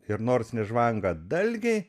ir nors nežvanga dalgiai